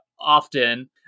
often